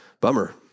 Bummer